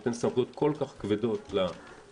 שנותן סמכויות כל כך כבדות לממשלה,